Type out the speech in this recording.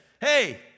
Hey